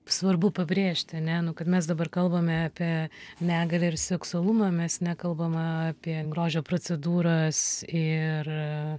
svarbu pabrėžti ar ne nu kad mes dabar kalbame apie negalią ir seksualumą mes nekalbam apie grožio procedūras ir